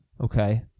Okay